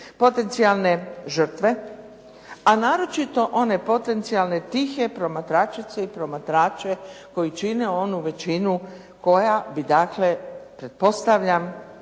potencijalne žrtve a naročito one potencijalne tihe promatračice i promatrače koji čine onu većinu koja bi dakle pretpostavljam